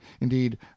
indeed